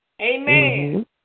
Amen